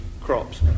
crops